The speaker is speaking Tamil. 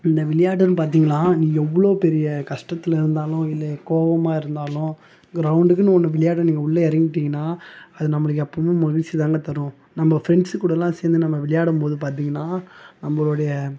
இந்த விளையாடுன்னு பார்த்தீங்கன்னா நீங்கள் எவ்வளோ பெரிய கஷ்டத்தில் இருந்தாலும் இல்லை கோவமாக இருந்தாலும் கிரௌண்ட்டுக்கு ஒன்று விளையாட நீங்கள் விளையாட உள்ள இறங்கிட்டீங்கன்னா அது நம்மளுக்கு எப்பவுமே மகிழ்ச்சிதான தரும் நம்ம ஃபிரெண்ட்ஸ் கூடல்லாம் சேர்ந்து நம்ம விளையாடும்போது பார்த்தீங்கன்னா நம்மளுடைய